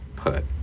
Put